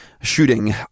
shooting